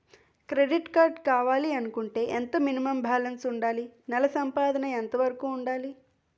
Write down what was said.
Credit card కావాలి అనుకుంటే ఎంత మినిమం బాలన్స్ వుందాలి? నెల సంపాదన ఎంతవరకు వుండాలి?